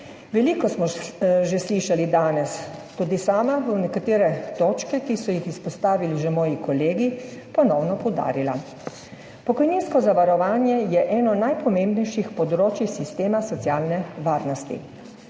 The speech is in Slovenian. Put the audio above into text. Veliko smo že slišali danes, tudi sama bom nekatere točke, ki so jih izpostavili že moji kolegi, ponovno poudarila. Pokojninsko zavarovanje je eno najpomembnejših področij sistema socialne varnosti.